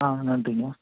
ஆ நன்றிங்க